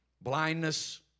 blindness